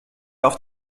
auf